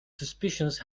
suspicions